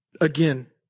again